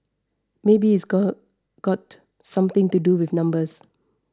maybe it go got something to do with numbers